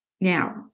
Now